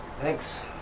Thanks